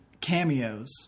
cameos